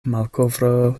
malkovro